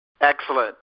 Excellent